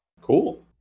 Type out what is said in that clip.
Cool